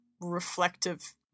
reflective